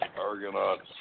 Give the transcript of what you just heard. Argonauts